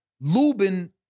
Lubin